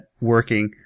working